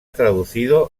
traducido